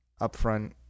upfront